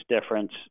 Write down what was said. difference